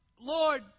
Lord